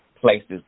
places